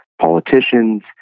politicians